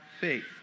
faith